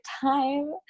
time